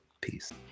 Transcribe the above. peace